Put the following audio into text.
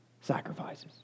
sacrifices